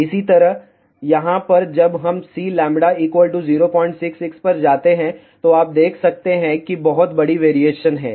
इसी तरह यहाँ पर जब हम Cλ 066 पर जाते हैं तो आप देख सकते हैं कि बहुत बड़ी वेरिएशन है